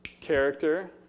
character